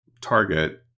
Target